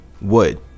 wood